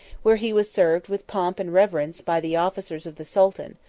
where he was served with pomp and reverence by the officers of the sultan,